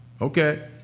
okay